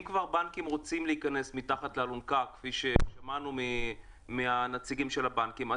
אם בנקים רוצים להיכנס תחת האלונקה כפי ששמענו מנציגי הבנקים,